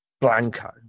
Blanco